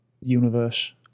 universe